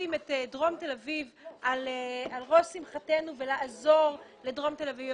לשים את דרום תל אביב על ראש שמחתנו ולעזור לדרום תל אביב,